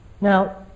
Now